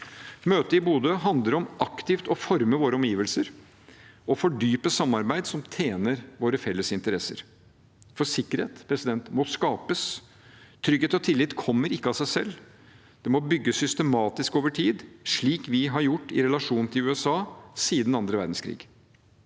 Møtet i Bodø handler om aktivt å forme våre omgivelser og fordype samarbeid som tjener våre felles interesser. Sikkerhet må skapes, trygghet og tillit kommer ikke av seg selv. Det må bygges systematisk over tid, slik vi har gjort i relasjonen til USA siden annen verdenskrig.